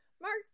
Mark's